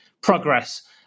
progress